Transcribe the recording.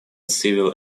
civil